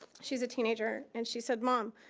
she's a teenager, and she said, mom,